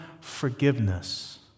forgiveness